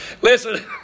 Listen